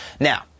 Now